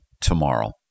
tomorrow